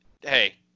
hey